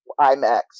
IMAX